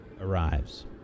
arrives